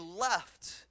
left